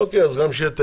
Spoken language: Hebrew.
אוקיי, אז גם שיהיה תקן.